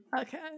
Okay